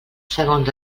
segons